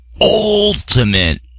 Ultimate